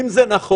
אם זה נכון,